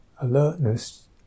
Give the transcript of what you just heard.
alertness